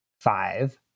five